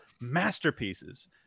masterpieces